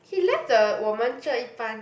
he left the 我们这一班